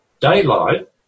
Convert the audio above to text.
daylight